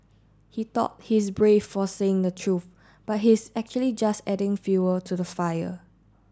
he thought he's brave for saying the truth but he's actually just adding fuel to the fire